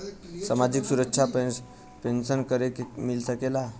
सामाजिक सुरक्षा पेंसन केकरा के मिल सकेला?